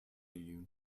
you